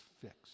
fixed